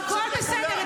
הכול בסדר.